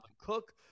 Cook